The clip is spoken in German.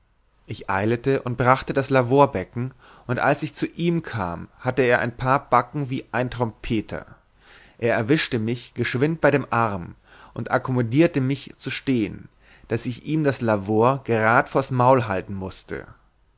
ich eilete und brachte das lavorbecken und als ich zu ihm kam hatte er ein paar backen wie ein trompeter er erwischte mich geschwind bei dem arm und akkommodierte mich zu stehen daß ich ihm das lavor gerad vors maul halten mußte